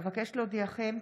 אבקש להודיעכם,